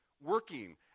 working